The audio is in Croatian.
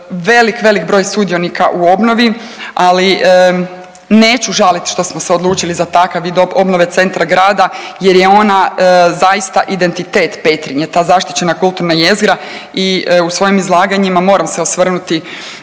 velik velik broj sudionika u obnovi, ali neću žalit što smo se odlučili za takav vid obnove centra grada jer je ona zaista identitet Petrinje, ta zaštićena kulturna jezgra i u svojim izlaganjima moram se osvrnuti